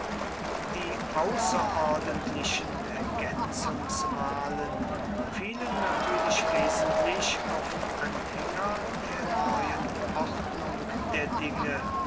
die außerordentlichen ergänzungswahlen fielen natürlich wesentlich auf anhänger der neuen ordnung der dinge